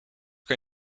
kan